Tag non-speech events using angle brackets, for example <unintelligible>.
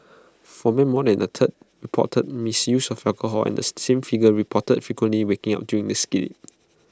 for men more than A third reported misuse of alcohol and the same figure reported frequently waking up during the <unintelligible>